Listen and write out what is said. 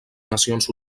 nacions